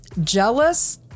jealous